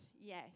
yes